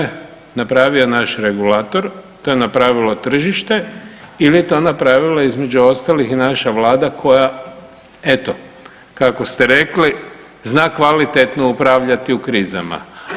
To je napravio naš regulator, to je napravilo tržište ili je to napravila između ostalih i naša Vlada koja eto kako ste rekli zna kvalitetno upravljati u krizama.